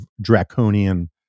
draconian